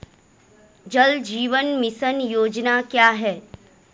जल जीवन मिशन योजना क्या है?